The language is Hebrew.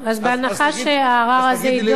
אז בהנחה שהערר הזה יידון,